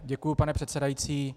Děkuji, pane předsedající.